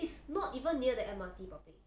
it's not even near the M_R_T 宝贝